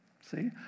see